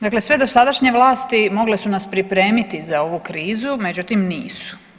Dakle, sve dosadašnje vlasti mogle su nas pripremiti za ovu krizu, međutim nisu.